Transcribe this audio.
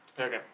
Okay